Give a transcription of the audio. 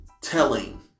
telling